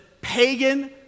pagan